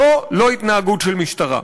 זו לא התנהגות של המשטרה.